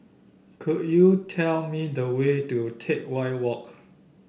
could you tell me the way to Teck Whye Walk